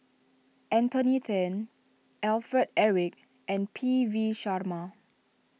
Anthony then Alfred Eric and P V Sharma